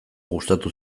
gustatu